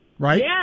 right